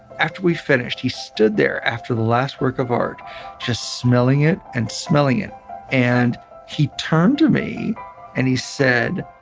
after we finished, he stood there after the last work of art just smelling it and smelling it and he turned to me and he said,